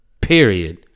period